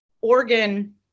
organ